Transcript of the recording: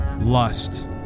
lust